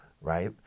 Right